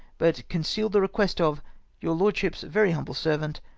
but conceal the request of your lordship's very humble servant,